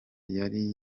yari